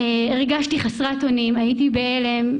הרגשתי חסרת אונים, הייתי בהלם.